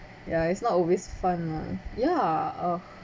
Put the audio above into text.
ya it's not always fun ya oh